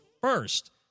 first